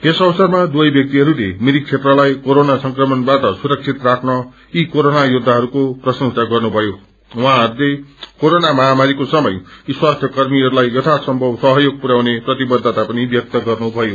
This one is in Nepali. यस अवसरमा द्वय व्यक्तिहरूले मिरिक क्षेत्रलाई क्षेरोना संक्रमणबाट सुरक्षित राख्न यी क्षेरोना योद्वाइरूको प्रशंसा गर्नुभयो अनि उहाँहरूले कोरोना महामारीको समय यी स्वास्थ्य कर्मीहरूलाई यथासम्भव सहयोग पुरयाउने प्रतिबद्धता पनि व्यक्त गर्नुभयो